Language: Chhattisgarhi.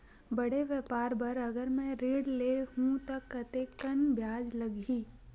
बड़े व्यापार बर अगर मैं ऋण ले हू त कतेकन ब्याज लगही?